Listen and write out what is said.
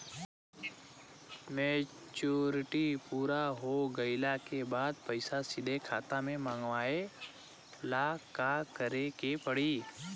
Maturity पूरा हो गइला के बाद पईसा सीधे खाता में मँगवाए ला का करे के पड़ी?